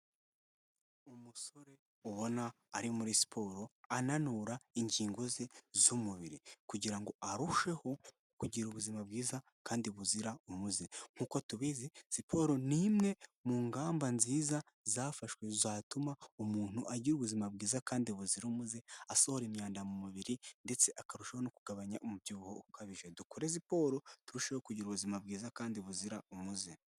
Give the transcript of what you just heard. Umusore ubona ari muri siporo ananura ingingo ze z'umubiri kugirango arusheho kugira ubuzima bwiza kandi buzira umuze. Nk'uko tubizi siporo ni imwe mu ngamba nziza zafashwe zatuma umuntu agira ubuzima bwiza kandi buzira umuze, asohora imyanda mu mubiri ndetse akarushaho no kugabanya umubyibuho ukabije. Dukore siporo turusheho kugira ubuzima bwiza kandi buzira umuze.